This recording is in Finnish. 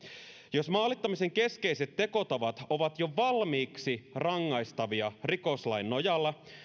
jos maalittamisen keskeiset tekotavat ovat jo valmiiksi rangaistavia rikoslain nojalla